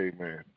Amen